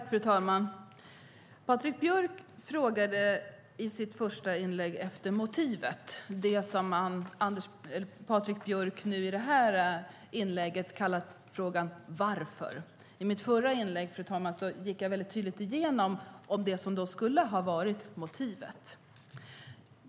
Fru talman! Patrik Björck frågade i sitt första inlägg efter motivet - det som han i det senaste inlägget kallar för frågan varför. I mitt förra inlägg gick jag tydligt igenom det som skulle ha varit motivet.